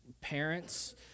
parents